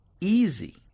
easy